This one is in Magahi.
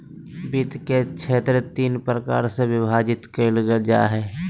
वित्त के क्षेत्र तीन प्रकार से विभाजित कइल जा हइ